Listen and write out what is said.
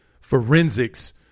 forensics